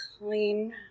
clean